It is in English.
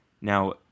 Now